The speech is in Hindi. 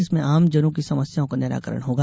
जिसमें आम जनों की समस्याओं का निराकरण होगा